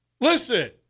Listen